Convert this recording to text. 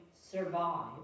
survive